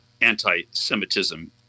anti-Semitism